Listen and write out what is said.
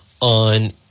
on